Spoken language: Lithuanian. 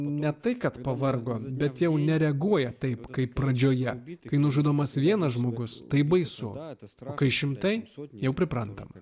ne tai kad pavargo bet jau nereaguoja taip kaip pradžioje apytikriai nužudomas vienas žmogus taip baisu ratas kai šimtai jau priprantama